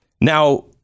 Now